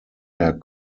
der